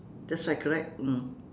that's right correct mm